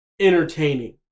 entertaining